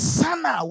sana